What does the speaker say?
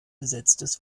besetztes